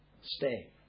stay